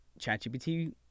ChatGPT